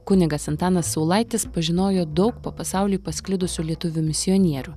kunigas antanas saulaitis pažinojo daug po pasaulį pasklidusių lietuvių misionierių